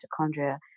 mitochondria